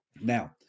Now